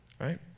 right